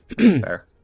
Fair